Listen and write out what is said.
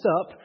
up